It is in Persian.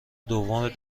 دوم